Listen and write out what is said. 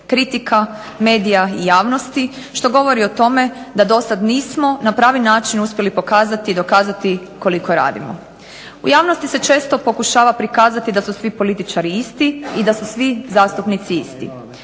kritika medija i javnosti što govori o tome da do sad nismo na pravi način uspjeli pokazati i dokazati koliko radimo. U javnosti se često pokušava prikazati da su svi političari isti i da su svi zastupnici isti,